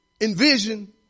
envision